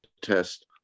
test